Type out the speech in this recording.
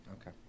Okay